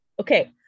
Okay